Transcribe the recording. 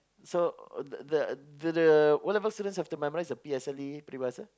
so the the the the O-level students have to memorise the P_S_L_E peribahasa